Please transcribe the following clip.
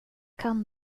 kan